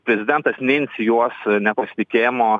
prezidentas neincijuos nepasitikėjimo